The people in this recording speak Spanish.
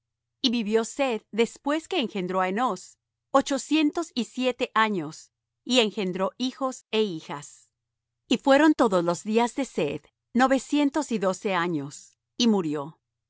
y vivió seth después que engendró á enós ochocientos y siete años y engendró hijos é hijas y fueron todos los días de seth novecientos y doce años y murió